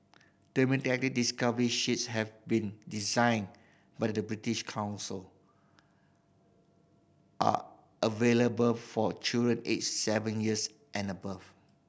thematic discovery sheets have been designed by the British Council are available for children aged seven years and above